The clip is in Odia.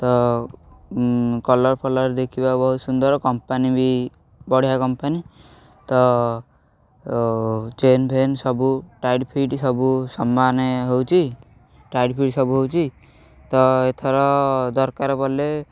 ତ କଲର୍ଫଲର୍ ଦେଖିବା ବହୁତ ସୁନ୍ଦର କମ୍ପାନୀ ବି ବଢ଼ିଆ କମ୍ପାନୀ ତ ଚେନ୍ଫେନ୍ ସବୁ ଟାଇଟ୍ ଫିଟ୍ ସବୁ ସମାନ ହେଉଛି ଟାଇଟ୍ ଫିଟ୍ ସବୁ ହେଉଛି ତ ଏଥର ଦରକାର ବେଲେ